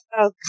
Okay